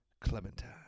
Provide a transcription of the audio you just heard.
Clementine